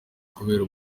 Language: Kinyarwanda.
kubera